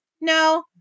no